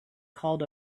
called